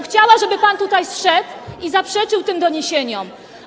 Chciałabym, żeby pan tutaj zszedł i zaprzeczył tym doniesieniom.